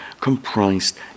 comprised